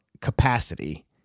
capacity